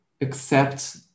accept